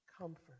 comfort